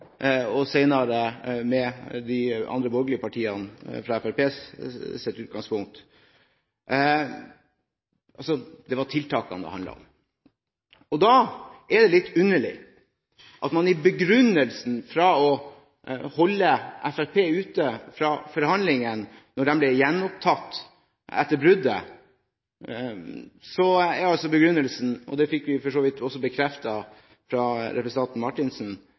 og senere med de andre borgerlige partiene – det var tiltakene det handlet om. Da er det litt underlig at begrunnelsen for å holde Fremskrittspartiet ute fra forhandlingene da de ble gjenopptatt etter bruddet – og det fikk vi for så vidt også bekreftet fra representanten